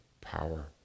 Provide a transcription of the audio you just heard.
power